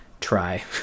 try